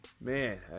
Man